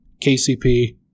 KCP